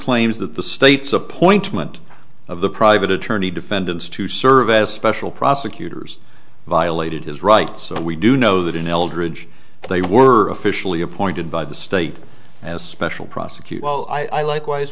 claims that the state's appointment of the private attorney defendants to serve as special prosecutors violated his rights and we do know that in eldridge they were officially appointed by the state as a special prosecutor while i likewise